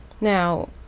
Now